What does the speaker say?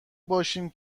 باشیم